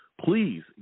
Please